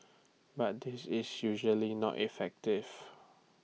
but this is usually not effective